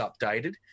updated